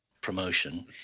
promotion